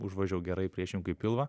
užvožiau gerai priešininkui į pilvą